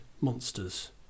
monsters